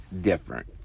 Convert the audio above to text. different